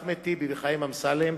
אחמד טיבי וחיים אמסלם.